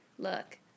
Look